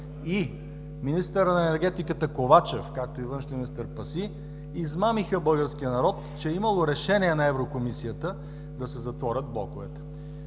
и министърът на енергетиката Ковачев, както и външният министър Паси, измамиха българския народ, че е имало решение на Еврокомисията да се затворят блоковете.